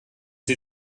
sie